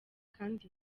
kandi